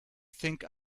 think